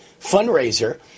fundraiser